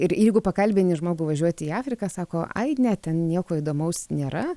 ir jeigu pakalbini žmogų važiuoti į afriką sako ai ne ten nieko įdomaus nėra